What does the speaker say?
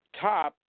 Top